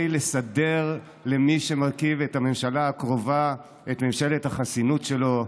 לסדר למי שמרכיב את הממשלה הקרובה את ממשלת החסינות שלו,